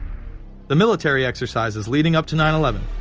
the military exercises leading up to nine eleven,